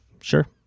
Sure